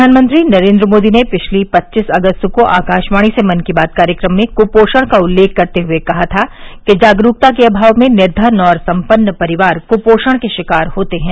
प्रधानमंत्री नरेन्द्र मोदी ने पच्चीस अगस्त को आकाशवाणी से मन की बात कार्यक्रम में कुंपोषण का उल्लेख करते हुए कहा था जागरूकता के अभाव में निर्धन और संपन्न परिवार कुपोषण के शिकार होते हैं